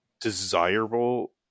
desirable